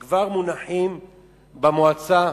ש"ח שכבר מונחים במועצה,